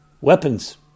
weapons